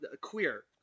queer